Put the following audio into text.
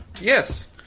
Yes